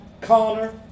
Connor